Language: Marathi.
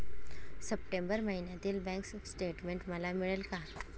सप्टेंबर महिन्यातील बँक स्टेटमेन्ट मला मिळेल का?